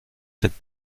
cette